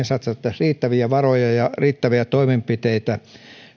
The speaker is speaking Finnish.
satsattaisiin riittäviä varoja ja ja riittäviä toimenpiteitä